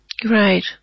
Great